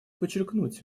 подчеркнуть